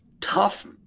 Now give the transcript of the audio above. tough